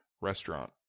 restaurant